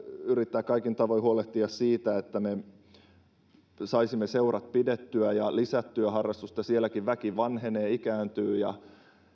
yrittää kaikin tavoin huolehtia siitä että me saisimme seurat pidettyä ja lisättyä harrastusta sielläkin väki vanhenee ikääntyy ja